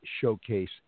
showcase